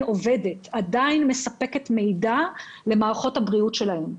עובדת ועדיין מספקת מידע למערכות הבריאות שלהן.